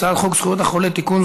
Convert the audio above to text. הצעת חוק זכויות החולה (תיקון,